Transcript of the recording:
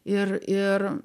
ir ir